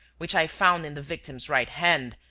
which i found in the victim's right hand,